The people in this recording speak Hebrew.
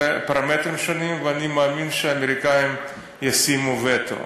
ואני מאמין שהאמריקנים ישימו וטו.